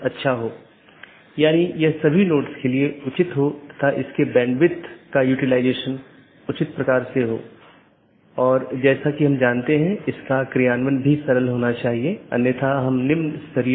interior gateway protocol में router को एक ऑटॉनमस सिस्टम के भीतर जानकारी का आदान प्रदान करने की अनुमति होती है